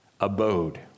abode